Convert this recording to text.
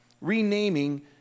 renaming